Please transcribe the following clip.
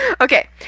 Okay